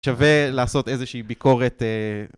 שווה לעשות איזושהי ביקורת.